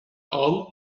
آلپ